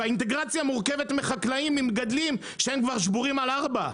האינטגרציה מורכבת מחקלאים וממגדלים שכבר שבורים על ארבע.